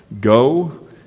Go